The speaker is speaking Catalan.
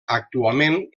actualment